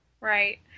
Right